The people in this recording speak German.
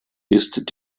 ist